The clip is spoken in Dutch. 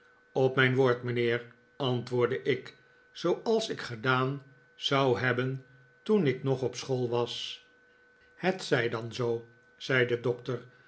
op mijn woord mijnheer antwoordde ik zooals ik gedaan zou hebben toen ik nog op school was het zij dan zoo zei de doctor